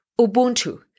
Ubuntu